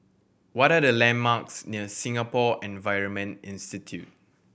what are the landmarks near Singapore Environment Institute